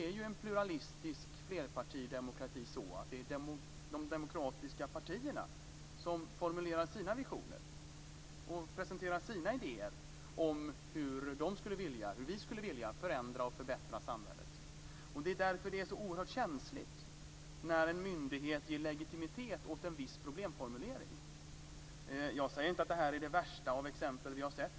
I en pluralistisk flerpartidemokrati är det de demokratiska partierna som formulerar sina visioner och presenterar sina idéer om hur de skulle vilja förändra och förbättra samhället. Det är därför det är så oerhört känsligt när en myndighet ger legitimitet åt en viss problemformulering. Jag säger inte att det här är det värsta exempel vi har sett.